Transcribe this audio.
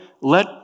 Let